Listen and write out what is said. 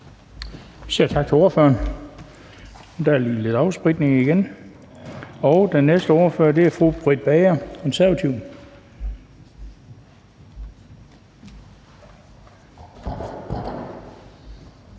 tak til ordføreren. Der er lige lidt afspritning igen. Den næste ordfører er fru Britt Bager, Konservative.